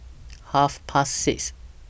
Half Past six